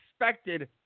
expected